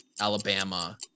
Alabama